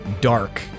dark